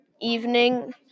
evening